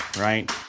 right